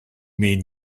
mean